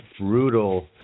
brutal